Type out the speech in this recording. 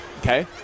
okay